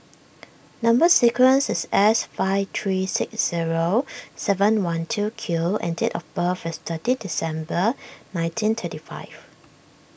Number Sequence is S five three six zero seven one two Q and date of birth is thirteen December nineteen thirty five